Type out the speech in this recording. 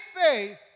faith